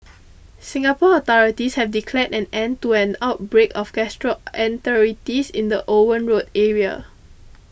Singapore authorities have declared an end to an outbreak of gastroenteritis in the Owen Road area